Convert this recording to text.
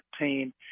team